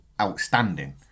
outstanding